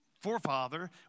forefather